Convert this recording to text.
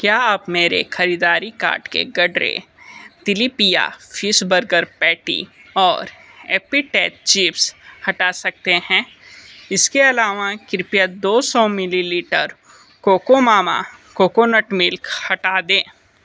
क्या आप मेरे ख़रीददारी कार्ट के गडरे तिलीपिया फिश बर्गर पैटी और एप्पीटैज़ चिप्स हटा सकते हैं इसके अलावा कृपया दो सौ मिलीलीटर कोकोमामा कोकोनट मिल्क हटा दें